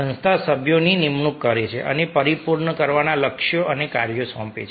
સંસ્થા સભ્યોની નિમણૂક કરે છે અને પરિપૂર્ણ કરવાના લક્ષ્યો અને કાર્યો સોંપે છે